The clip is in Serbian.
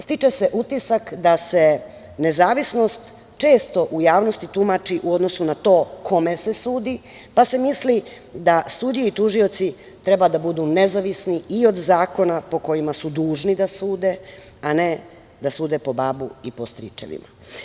Stiče se utisak da se nezavisnost često u javnosti tumači u odnosu na to kome se sudi, pa se misli da sudije i tužioci treba da budu nezavisni i od zakona po kojima su dužni da sude, a ne da sude po babu i po stričevima.